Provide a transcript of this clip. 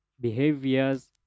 behaviors